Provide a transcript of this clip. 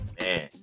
man